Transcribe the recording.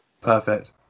perfect